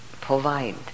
provide